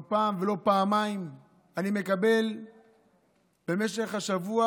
לא פעם ולא פעמיים אני מקבל במשך השבוע